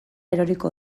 eroriko